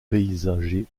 paysager